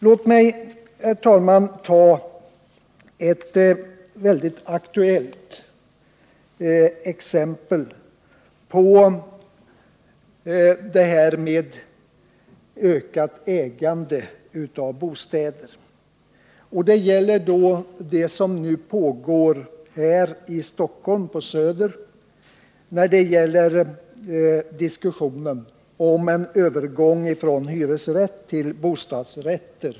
Låt mig, herr talman, ta ett mycket aktuellt exempel på ökat ägande av bostäder. Det gäller vad som nu pågår här i Stockholm på Söder. Det diskuteras en övergång i Tantoområdet från hyresrätter till bostadsrätter.